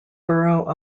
borough